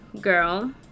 Girl